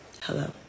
Hello